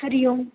हरिः ओम्